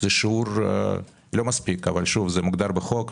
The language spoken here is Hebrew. ו-5% זה שיעור לא מספיק לדעתי, אבל זה מוגדר בחוק.